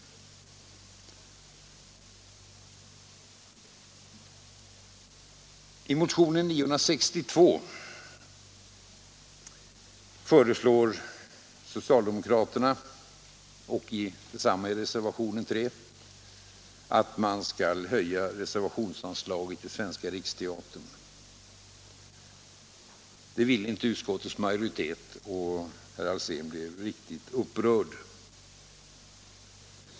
sinn I motionen 962 och i reservationen 3 föreslår socialdemokraterna att — Anslag till allmänna reservationsanslaget till Svenska riksteatern skall höjas. Det ville ut — kulturändamål, skottsmajoriteten inte vara med om, och herr Alsén blev riktigt upprörd = m.m. över det.